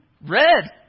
Red